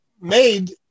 made